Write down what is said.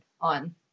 on